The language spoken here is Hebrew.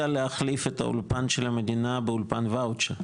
להחליף את האולפן של המדינה באולפן ואוצ'ר.